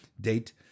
date